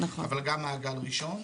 אבל גם מעגל ראשון,